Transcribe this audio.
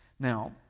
Now